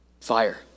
fire